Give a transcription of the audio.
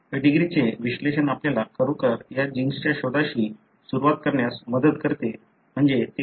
पेडीग्रीचे विश्लेषण आपल्याला खरोखर या जीन्सच्या शोधाशी सुरुवात करण्यास मदत करते म्हणजे ते कुठे आहे